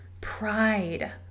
pride